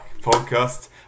podcast